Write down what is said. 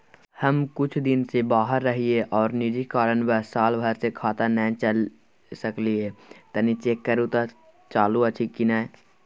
हम कुछ दिन से बाहर रहिये आर निजी कारणवश साल भर से खाता नय चले सकलियै तनि चेक करू त चालू अछि कि नय?